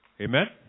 Amen